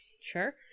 Sure